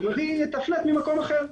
יביא את ה-flat ממקום אחר.